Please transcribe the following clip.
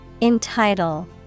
Entitle